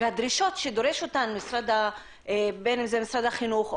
והדרישות שדורש אותן בין אם זה משרד החינוך,